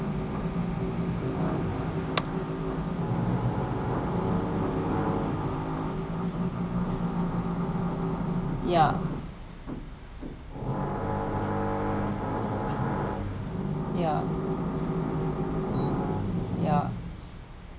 ya ya ya